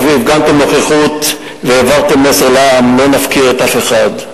הפגנתם נוכחות והעברתם מסר לעם: לא נפקיר אף אחד.